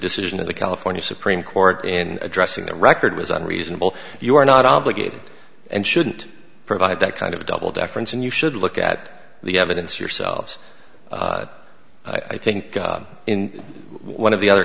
decision of the california supreme court in addressing the record was unreasonable you are not obligated and shouldn't provide that kind of double deference and you should look at the evidence yourselves i think in one of the other